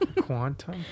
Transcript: Quantum